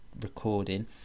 recording